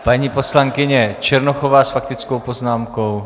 Paní poslankyně Černochová s faktickou poznámkou.